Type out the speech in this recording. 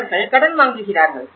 எனவே அவர்கள் கடன் வாங்குகிறார்கள்